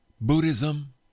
Buddhism